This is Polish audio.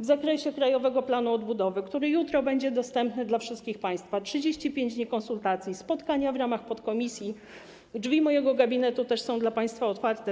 w zakresie Krajowego Planu Odbudowy, który jutro będzie dostępny dla wszystkich państwa - 35 dni konsultacji, spotkania w ramach podkomisji - drzwi mojego gabinetu też są dla państwa otwarte.